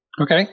Okay